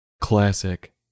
Classic